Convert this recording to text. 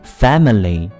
family